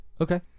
Okay